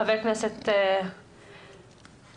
חבר הכנסת עופר כסיף,